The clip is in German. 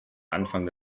anfang